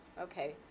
Okay